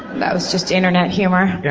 that was just internet humor. yeah